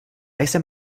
jsem